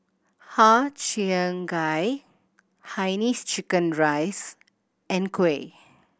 Har Cheong Gai Hainanese chicken rice and kuih